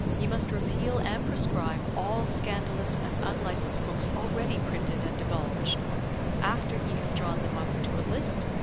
ye must repeal and proscribe all scandalous and unlicensed books already printed and divulged after ye have drawn them up into a list,